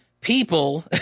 people